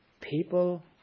People